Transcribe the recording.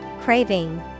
Craving